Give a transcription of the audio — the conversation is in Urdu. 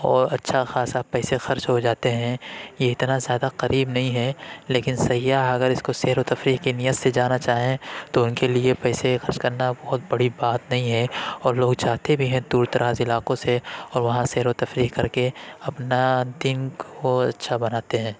اور اچھا خاصہ پیسے خرچ ہو جاتے ہیں یہ اتنا زیادہ قریب نہیں ہے لیکن سیاح اگر اس کو سیر و تفریح کی نیت سے جانا چاہیں تو ان کے لیے پیسے خرچ کرنا بہت بڑی بات نہیں ہے اور لوگ جاتے بھی ہیں دور دراز علاقوں سے اور وہاں سیر و تفریح کر کے اپنا دن کو اچھا بناتے ہیں